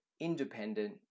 independent